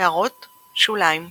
הערות שוליים ==